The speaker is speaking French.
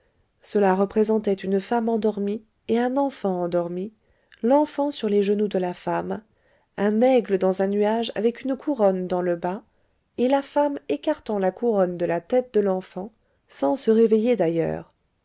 cela représentait une femme endormie et un enfant endormi l'enfant sur les genoux de la femme un aigle dans un nuage avec une couronne dans le bas et la femme écartant la couronne de la tête de l'enfant sans se réveiller d'ailleurs